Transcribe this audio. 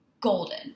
Golden